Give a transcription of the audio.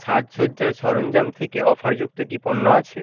সাজসজ্জার সরঞ্জাম থেকে অফার যুক্ত কী পণ্য আছে